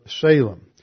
Salem